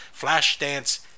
Flashdance